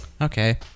Okay